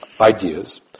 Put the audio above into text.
ideas